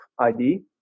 ID